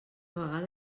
vegada